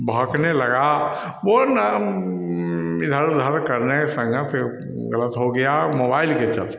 भड़कने लगा वह ना इधर उधर करने संगत फिर गलत हो गया मोबाइल के चलते